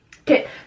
okay